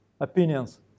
opinions